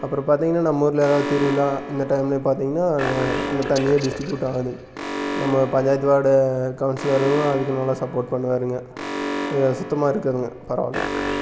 அப்புறம் பார்த்தீங்கன்னா நம்ம ஊரில் எதாவது திருவிழா இந்த டைம்மில பார்த்தீங்கன்னா அந்தத் தண்ணியே டிஸ்ட்டிபியூட்டாகுது நம்ம பஞ்சாயத்து வார்டு கவுன்சிலர்லாம் அதுக்கு நல்லா சப்போர்ட் பண்ணுவாருங்க இதை சுத்தமாக இருக்குங்க பரவால்லங்க